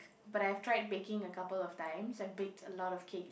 but I've tried baking a couple of times I've baked a lot of cake